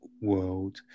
world